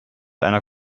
einer